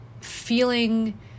feeling